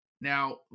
Now